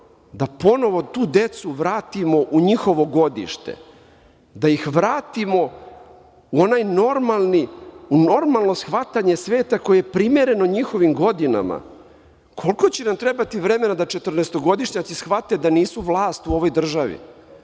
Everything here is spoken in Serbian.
da ponovo tu decu vratimo u njihovo godište, da ih vratimo u ono normalno shvatanje sveta koje je primereno njihovim godinama? Koliko će nam trebati vremena da četrnaestogodišnjaci shvate da nisu vlast u ovoj državi,